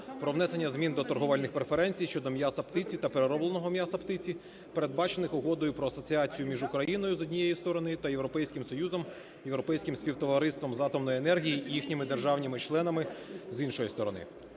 про внесення змін до торговельних преференцій щодо м'яса птиці та переробленого м'яса птиці, передбачених Угодою про асоціацію між Україною, з однієї сторони, та Європейським Союзом, Європейським співтовариством з атомної енергії і їхніми державами-членами, з іншої сторони.